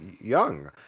young